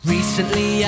Recently